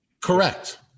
Correct